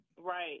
Right